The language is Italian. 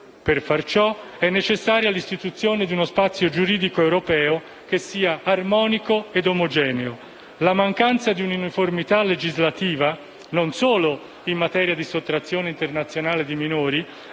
Per far ciò è necessaria l'istituzione di uno spazio giuridico europeo armonico e omogeneo. La mancanza di uniformità legislativa, non solo in materia di sottrazione internazionale dei minori,